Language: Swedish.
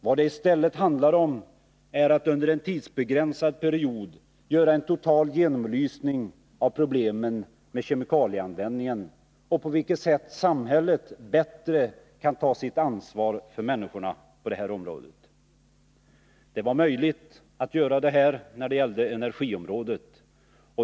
Vad det i stället handlar om är att under en tidsbegränsad period göra en total genomlysning av problemen med kemikalieanvändningen och på vilket sätt samhället bättre kan ta sitt ansvar för människorna på det här området. Det var möjligt att göra det när det gällde energiområdet.